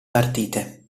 partite